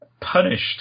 punished